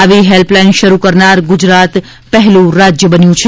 આવી હેલ્પલાઇન શરૂ કરનાર ગુજરાત પહેલું રાજ્ય બન્યું છે